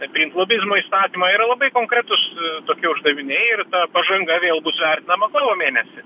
priimt lobizmo įstatymą yra labai konkretūs tokie uždaviniai ir pažanga vėl bus vertinama kovo mėnesį